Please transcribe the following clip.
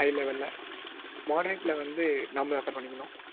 high லெவல்ல மாட்ரேட்ல வந்து நம்ம தான் சார் பண்ணிக்கணும்